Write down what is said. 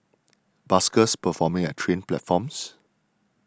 buskers performing at train platforms